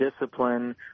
discipline